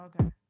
Okay